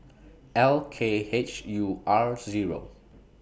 L K H U R Zero